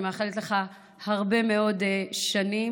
אני מאחלת לך הרבה מאוד שנים,